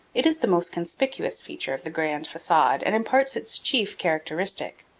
it is the most conspicuous feature of the grand facade and imparts its chief characteristic.